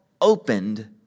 opened